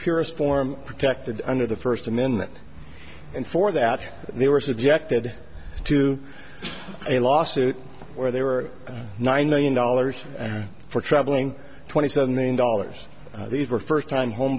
form protected under the first amendment and for that they were subjected to a lawsuit where they were nine million dollars for traveling twenty seven million dollars these were first time home